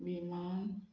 विमान